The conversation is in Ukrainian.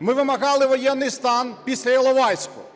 Ми вимагали воєнний стан після Іловайську.